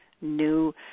new